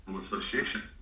Association